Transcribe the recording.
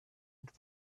und